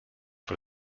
for